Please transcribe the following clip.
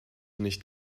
nicht